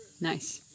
Nice